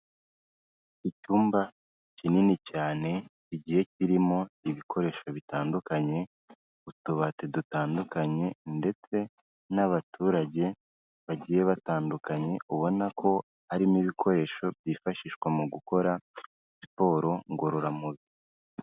Icyumba kinini cyane kigiye kirimo ibikoresho bitandukanye, utubati dutandukanye ndetse n'abaturage bagiye batandukanye, ubona ko harimo ibikoresho byifashishwa mu gukora siporo ngororamubiri.